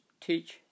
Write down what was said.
teach